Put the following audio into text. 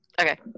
okay